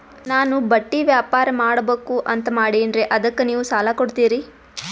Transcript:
ನಾನು ಬಟ್ಟಿ ವ್ಯಾಪಾರ್ ಮಾಡಬಕು ಅಂತ ಮಾಡಿನ್ರಿ ಅದಕ್ಕ ನೀವು ಸಾಲ ಕೊಡ್ತೀರಿ?